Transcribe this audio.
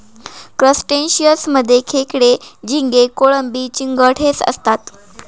crustaceans मध्ये खेकडे, झिंगे, कोळंबी, चिंगट हे असतात